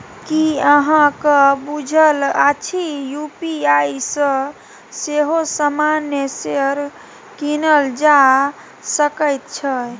की अहाँक बुझल अछि यू.पी.आई सँ सेहो सामान्य शेयर कीनल जा सकैत छै?